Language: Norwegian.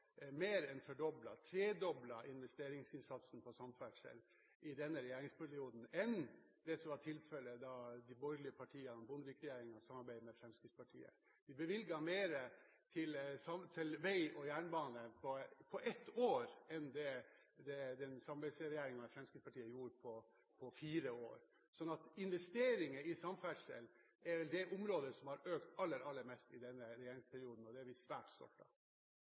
mer enn fordoblet, ja, tredoblet, investeringsinnsatsen på samferdsel i denne regjeringsperioden i forhold til det som var tilfellet da de borgerlige partiene i Bondevik-regjeringen samarbeidet med Fremskrittspartiet. Vi bevilger mer til vei og jernbane på ett år enn det Samarbeidsregjeringen og Fremskrittspartiet gjorde på fire år. Investeringer i samferdsel er vel det området som har økt aller, aller mest i denne regjeringsperioden, og det er vi svært stolte av.